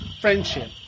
Friendship